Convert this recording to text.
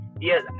yes